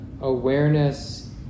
awareness